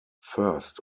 first